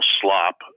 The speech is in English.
slop